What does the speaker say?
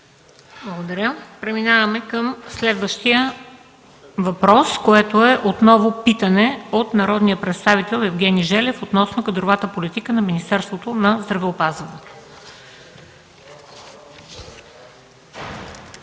Благодаря. Преминаваме към следващия въпрос, което е отново питане от народния представител Евгений Желев относно кадровата политика на Министерството на здравеопазването.